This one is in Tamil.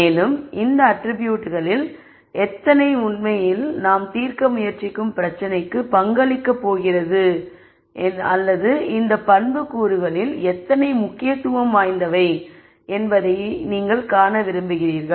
மேலும் இந்த அட்ரிபியூட்களில் எத்தனை உண்மையில் நாம் தீர்க்க முயற்சிக்கும் பிரச்சினைக்கு பங்களிக்கப் போகிறது அல்லது இந்த பண்புக்கூறுகளில் எத்தனை முக்கியத்துவம் வாய்ந்தவை என்பதை நீங்கள் காண விரும்புகிறீர்கள்